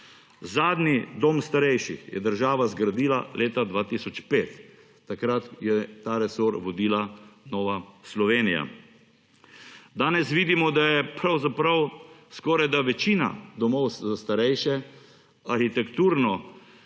Zadnji dom starejših je država zgradila leta 2005; takrat je ta resor vodila Nova Slovenija. Danes vidimo, da je pravzaprav skorajda večina domov za starejše arhitekturno